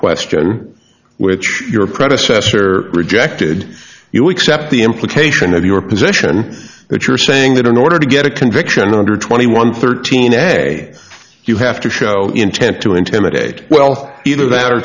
question which your predecessor rejected you accept the implication of your position that you're saying that in order to get a conviction under twenty one thirteen a you have to show intent to intimidate wealth either that or